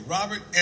Robert